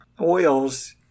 oils